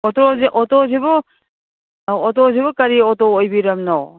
ꯑꯣꯇꯣꯁꯤ ꯑꯣꯇꯣꯁꯤꯕꯨ ꯑꯧ ꯑꯣꯇꯣꯁꯤꯕꯨ ꯀꯔꯤ ꯑꯣꯇꯣ ꯑꯣꯏꯕꯤꯔꯕꯅꯣ